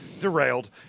Derailed